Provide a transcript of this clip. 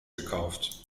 gekauft